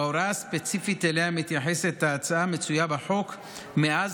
וההוראה הספציפית שאליה מתייחסת ההצעה מצויה בחוק מאז